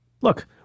look